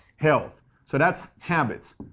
health. so that's habits.